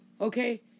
Okay